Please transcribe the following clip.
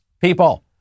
people